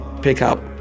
pickup